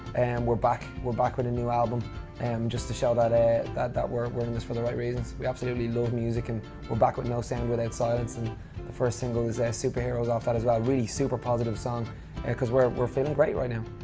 we're back. we're back with a new album, and just to show that ah that we're we're in this for the right reasons. we absolutely love music, and we're back with no sound without silence, and the first single is superheroes off that as well. really super positive song because we're we're feeling great right now.